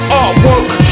artwork